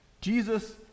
Jesus